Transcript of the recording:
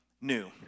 new